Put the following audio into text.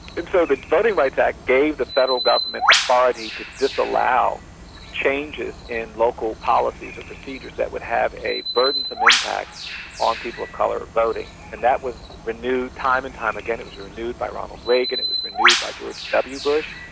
so the voting rights act gave the federal government authority to disallow changes in local policies or procedures that would have a burdensome impact on people of colour voting. and that was renewed time and time again, it was renewed by ronald reagan, it was renewed by george w bush,